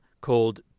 called